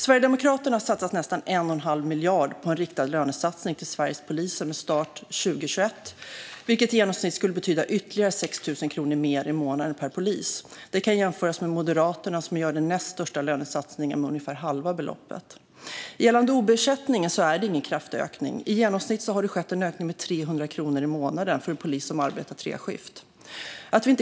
Sverigedemokraterna har satsat nästan 1 1⁄2 miljard på en riktad lönesatsning till Sveriges poliser med start 2021, vilket i genomsnitt skulle betyda ytterligare 6 000 kronor mer i månaden per polis. Det kan jämföras med Moderaterna, som gör den näst största lönesatsningen med ungefär halva beloppet. Gällande ob-ersättningen är det ingen kraftig ökning. I genomsnitt har det skett en ökning med 300 kronor i månaden för en polis som arbetar treskift.